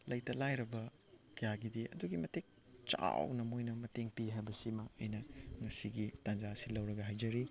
ꯂꯩꯇ ꯂꯥꯏꯔꯕ ꯀꯌꯥꯒꯤꯗꯤ ꯑꯗꯨꯛꯀꯤ ꯃꯇꯤꯛ ꯆꯥꯎꯅ ꯃꯣꯏꯅ ꯃꯇꯦꯡ ꯄꯤ ꯍꯥꯏꯕꯁꯤꯃ ꯑꯩꯅ ꯉꯁꯤꯒꯤ ꯇꯟꯖꯥ ꯑꯁꯤ ꯂꯧꯔꯒ ꯍꯥꯏꯖꯔꯤ